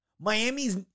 Miami's